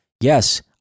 Yes